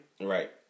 Right